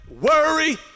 worry